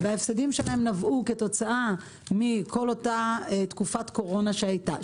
וההפסדים שלהם נבעו כתוצאה מכל אותה תקופת קורונה שהייתה.